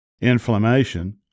inflammation